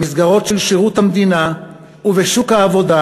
במסגרות של שירות המדינה ובשוק העבודה,